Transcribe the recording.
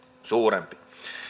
suurempi